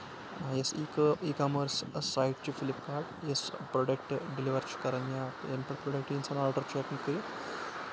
یۄس ecommerce site چھِ Flipkart یۄس پرٛوڈَکٹ ڈیلِور چھُ کَرَان یا ییٚمہِ پؠٹھ پرٛوڈَکٹ اِنسان آرڈَر چھُ ہٮ۪کان کٔرِتھ